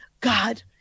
God